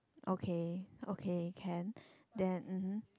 okay okay can then